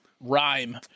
rhyme